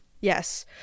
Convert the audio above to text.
Yes